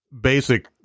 basic